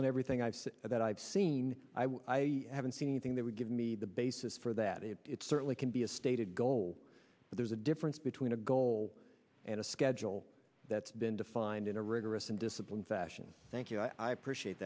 that i've seen i haven't seen anything that would give me the basis for that a it certainly can be a stated goal but there's a difference between a goal and a schedule that's been defined in a rigorous and disciplined fashion thank you i appreciate